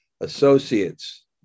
associates